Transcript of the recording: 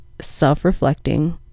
self-reflecting